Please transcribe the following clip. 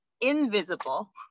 invisible